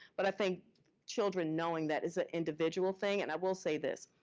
but i think children knowing that is a individual thing, and i will say this.